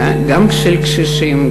גם של קשישים,